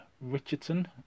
Richardson